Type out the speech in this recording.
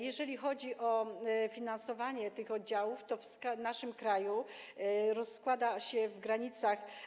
Jeżeli chodzi o finansowanie tych oddziałów, to w naszym kraju rozkłada się to w granicach.